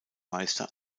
meister